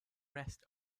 rest